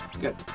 Good